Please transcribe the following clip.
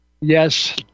yes